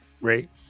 right